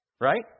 Right